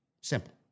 Simple